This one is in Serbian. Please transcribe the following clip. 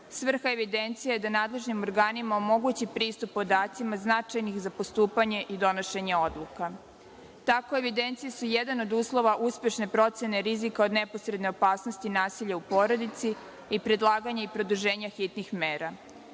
Svrha evidencije je da nadležnim organima omogući pristup podacima značajnim za postupanje i donošenje odluka. Takve evidencije su jedan od uslova uspešne procene rizika od neposredne opasnosti nasilja u porodici i predlaganja i produženja hitnih mera.